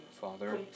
Father